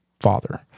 father